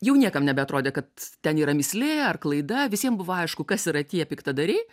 jau niekam nebeatrodė kad ten yra mįslė ar klaida visiem buvo aišku kas yra tie piktadariai